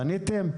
פניתם?